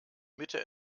mitte